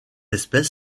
espèce